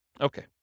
Okay